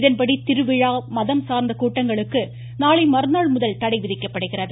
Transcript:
இதன்படி திருவிழா மதம் சார்ந்த கூட்டங்களுக்கு நாளைமறுநாள் முதல் தடை விதிக்கப்படுகிறது